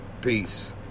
Peace